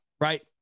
right